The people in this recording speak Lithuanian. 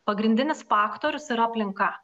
pagrindinis faktorius yra aplinka